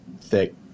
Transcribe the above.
thick